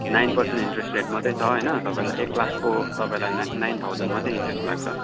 nine percent interest rate मात्रै छ होइन तपाईँलाई एक लाखको तपाईँलाई नाइन नाइन थाउजन्ड मात्रै इन्ट्रेस्ट लाग्छ